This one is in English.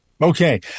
Okay